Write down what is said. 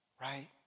right